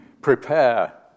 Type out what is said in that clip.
prepare